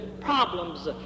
problems